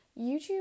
YouTube